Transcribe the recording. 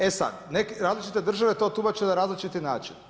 E sad, različite države to tumače na različiti način.